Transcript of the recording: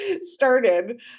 started